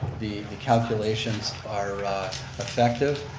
the the calculations are effective.